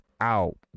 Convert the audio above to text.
out